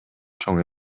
чоң